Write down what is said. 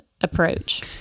approach